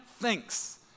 thinks